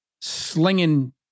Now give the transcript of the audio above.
slinging